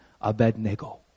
Abednego